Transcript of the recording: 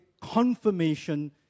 confirmation